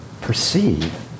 perceive